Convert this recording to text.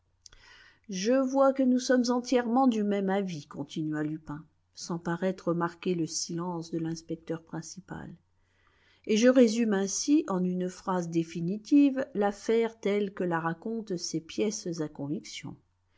je vois que nous sommes entièrement du même avis continua lupin sans paraître remarquer le silence de l'inspecteur principal et je résume ainsi en une phrase définitive l'affaire telle que la racontent ces pièces à conviction